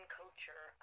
culture